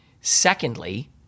secondly